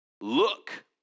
look